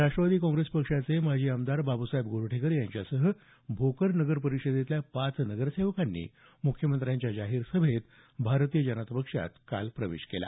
राष्ट्रवादी काँग्रेसचे माजी आमदार बापूसाहेब गोरठेकर यांच्यासह भोकर नगर परिषदेतल्या पाच नगरसेवकांनी मुख्यमंत्र्यांच्या जाहीर सभेत भारतीय जनता पक्षात काल प्रवेश केला